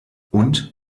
und